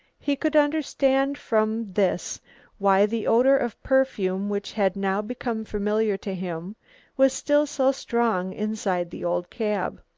he could understand from this why the odour of perfume which had now become familiar to him was still so strong inside the old cab.